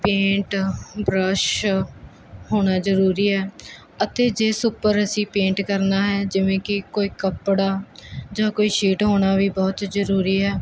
paint brush ਹੋਣਾ ਜਰੂਰੀ ਆ ਅਤੇ ਜਿਸ ਉੱਪਰ ਅਸੀਂ ਪੇਂਟ ਕਰਨਾ ਹੈ ਜਿਵੇਂ ਕੀ ਕੋਈ ਕੱਪੜਾ ਜਾਂ ਕੋਈ ਸ਼ੀਟ ਹੋਣਾ ਵੀ ਬਹੁਤ ਜਰੂਰੀ ਹੈ